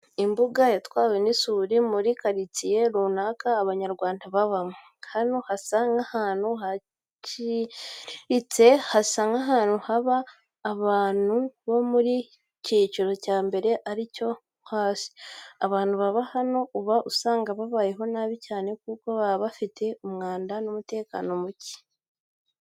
Imbuga yatwawe n'isuri muri karitsiye runaka Abanyarwanda babamo, hano hasa nk'ahantu haciriritse, hasa nk'ahantu haba abantu bo mu cyiciro cya mbere ari cyo cyo hasi. Abantu baba hano uba usanga babayeho nabi cyane kuko baba bafite umwanda n'umutekano muke.